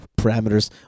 parameters